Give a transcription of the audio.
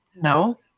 No